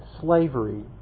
slavery